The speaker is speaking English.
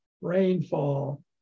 rainfall